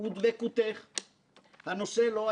ונראה שגם הוועדה כלל לא הייתה מוקמת.